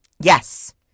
Yes